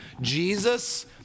Jesus